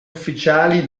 ufficiali